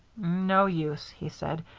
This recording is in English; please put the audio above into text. no use, he said.